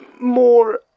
More